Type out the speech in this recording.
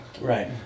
Right